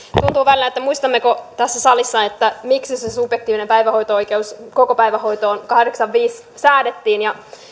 tuntuu välillä että muistammeko tässä salissa miksi se se subjektiivinen päivähoito oikeus kokopäivähoitoon kahdeksaankymmeneenviiteen säädettiin